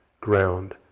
ground